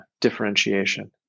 differentiation